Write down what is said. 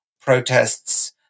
protests